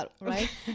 Right